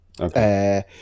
Okay